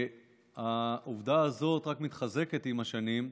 העובדה הזאת רק מתחזקת עם השנים,